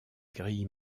grilles